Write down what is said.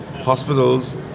Hospitals